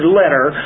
letter